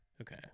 Okay